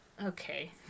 Okay